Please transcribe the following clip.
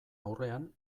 aurrean